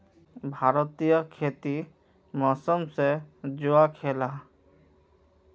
भारतीय खेती मौसम से जुआ खेलाह